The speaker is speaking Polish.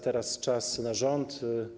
Teraz czas na rząd.